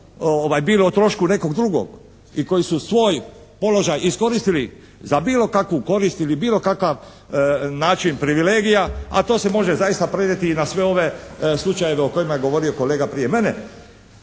bili o trošku nekog drugog i koji su svoj položaj iskoristili za bilo kakvu korist ili bilo kakav način privilegija a to se može zaista prenijeti i na sve ove slučajeve o kojima je govorio kolega prije mene.